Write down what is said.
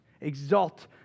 Exalt